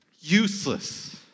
useless